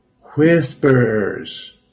Whispers